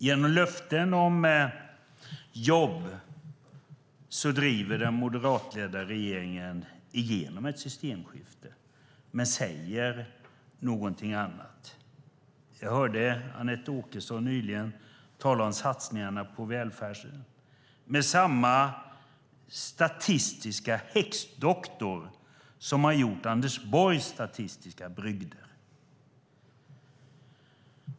Genom löften om jobb driver den moderatledda regeringen igenom ett systemskifte men säger någonting annat. Jag hörde Anette Åkesson nyligen tala om satsningarna på välfärden med samma statistiska häxdoktor som har gjort Anders Borgs statistiska brygder.